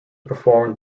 performed